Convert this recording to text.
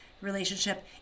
relationship